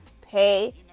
pay